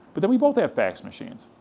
but then we both had fax machines,